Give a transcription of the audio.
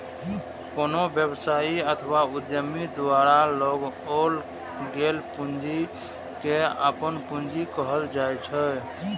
कोनो व्यवसायी अथवा उद्यमी द्वारा लगाओल गेल पूंजी कें अपन पूंजी कहल जाइ छै